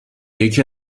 یکی